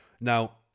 Now